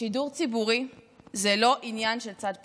שידור ציבורי זה לא עניין של צד פוליטי.